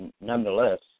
nonetheless